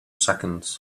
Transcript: seconds